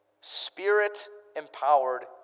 spirit-empowered